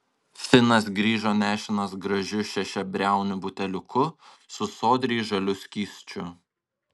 finas grįžo nešinas gražiu šešiabriauniu buteliuku su sodriai žaliu skysčiu